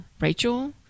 Rachel